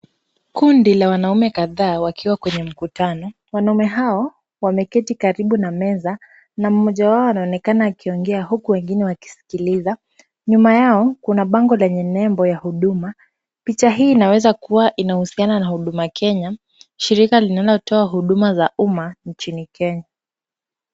Kundi la wanaume kadhaa wakiwa kwenye mkutano. Wanaume hao wameketi karibu na meza na mmoja wao anaonekana akiongea huku wengine wakisikiliza. Nyuma yao kuna bango lenye nembo ya huduma. Picha hii inaweza kuwa inahusiana na Huduma Kenya shirika linalotoa huduma za umma nchini Kenya.